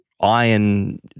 iron